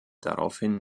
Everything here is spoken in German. daraufhin